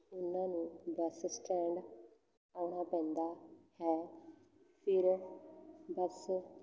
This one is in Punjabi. ਉਹਨਾਂ ਨੂੰ ਬੱਸ ਸਟੈਂਡ ਆਉਣਾ ਪੈਂਦਾ ਹੈ ਫਿਰ ਬੱਸ